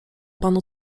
panu